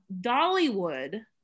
Dollywood